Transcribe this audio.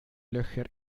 löcher